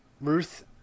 Ruth